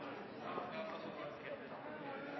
Jeg tar